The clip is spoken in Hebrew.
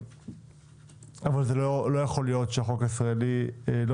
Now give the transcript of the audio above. אבל לא יכול להיות שהחוק הישראלי לא